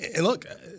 look